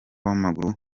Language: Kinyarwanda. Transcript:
w’amaguru